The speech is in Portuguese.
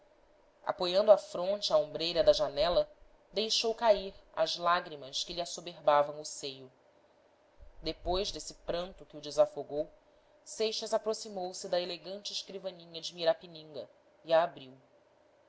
apoiando a fronte à ombreira da janela deixou cair as lágrimas que lhe assoberbavam o seio depois desse pranto que o desafogou seixas aproximou-se da elegante escrivaninha de mirapininga e a abriu